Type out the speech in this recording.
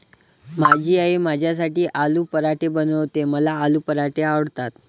माझी आई माझ्यासाठी आलू पराठे बनवते, मला आलू पराठे आवडतात